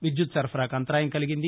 విద్యుత్ సరఫరాకు అంతరాయం కలిగింది